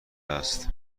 است